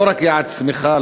לא רק יעד צמיחה,